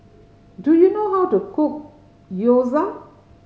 do you know how to cook Gyoza